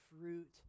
fruit